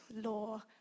law